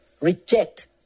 reject